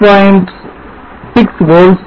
6 volts to 0